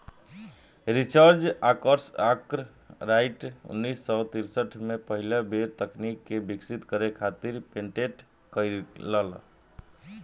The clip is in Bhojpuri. रिचर्ड आर्कराइट उन्नीस सौ तिरसठ में पहिला बेर तकनीक के विकसित करे खातिर पेटेंट करइलन